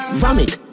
vomit